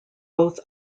both